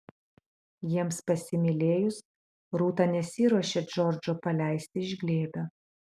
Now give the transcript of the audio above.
jiems pasimylėjus rūta nesiruošė džordžo paleisti iš glėbio